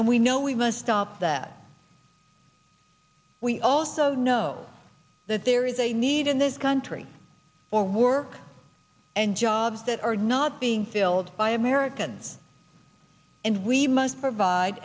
and we know we must stop that we also know that there is a need in this country for work and jobs that are not being filled by americans and we must provide